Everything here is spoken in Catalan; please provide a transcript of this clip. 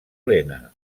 lena